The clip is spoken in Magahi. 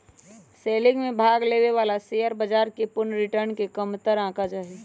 सेलिंग में भाग लेवे वाला शेयर बाजार के पूर्ण रिटर्न के कमतर आंका जा हई